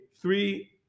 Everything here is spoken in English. three